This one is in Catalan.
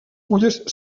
fulles